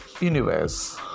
universe